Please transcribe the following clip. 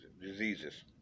diseases